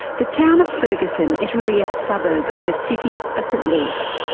the town of ferguson is really a suburb of the city of st louis,